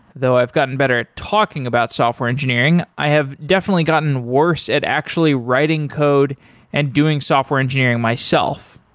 though i've gotten better at talking about software engineering, i have definitely gotten worse at actually writing code and doing software engineering myself.